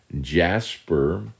Jasper